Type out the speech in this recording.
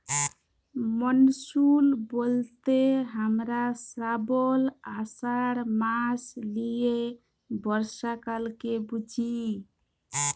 monsoon ব্যলতে হামরা শ্রাবল, আষাঢ় মাস লিয়ে বর্ষাকালকে বুঝি